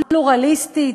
פלורליסטית,